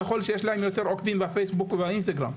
ככל שיש להם יותר עוקבים בפייסבוק או באינסטגרם.